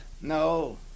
No